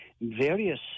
various